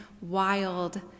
wild